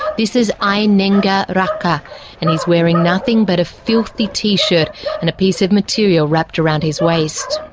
ah this is i nengah raka and he is wearing nothing but a filthy t-shirt and a piece of material wrapped around his waist.